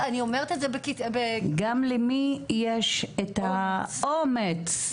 גם למי יש את האומץ.